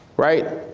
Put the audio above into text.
right?